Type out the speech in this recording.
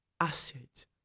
assets